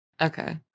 Okay